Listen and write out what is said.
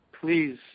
please